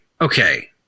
okay